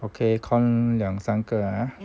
okay corn 两三个 ah